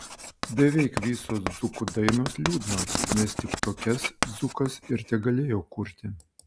beveik visos dzūkų dainos liūdnos nes tik tokias dzūkas ir tegalėjo kurti